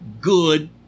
good